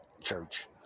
church